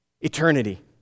eternity